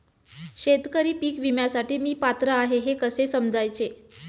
शेतकरी पीक विम्यासाठी मी पात्र आहे हे कसे समजायचे?